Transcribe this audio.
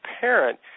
parent